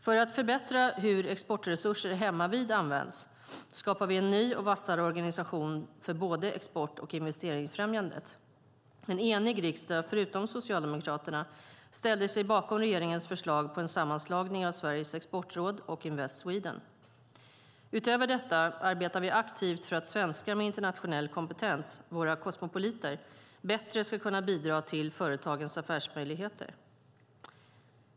För att förbättra hur exportresurser hemmavid används skapar vi en ny och vassare organisation för både export och investeringsfrämjandet. En enig riksdag, förutom Socialdemokraterna, ställde sig bakom regeringens förslag på en sammanslagning av Sveriges exportråd och Invest Sweden. Utöver detta arbetar vi aktivt för att svenskar med internationell kompetens - våra kosmopoliter - bättre ska kunna bidra till företagens affärsmöjligheter.